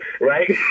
right